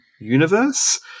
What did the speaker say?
universe